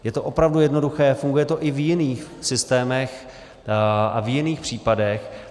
Je to opravdu jednoduché, funguje to i v jiných systémech a v jiných případech.